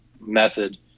method